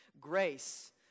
Grace